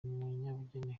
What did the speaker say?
umunyabugeni